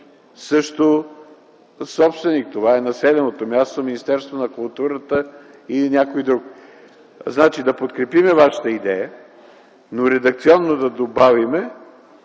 имат собственик – това е населеното място, Министерството на културата или някой друг. Нека подкрепим Вашата идея, но редакционно да добавим,